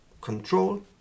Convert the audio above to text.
Control